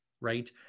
right